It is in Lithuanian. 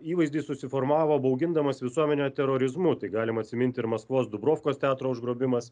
įvaizdį susiformavo baugindamas visuomenę terorizmu tai galima atsimint ir maskvos dubrovkos teatro užgrobimas